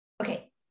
Okay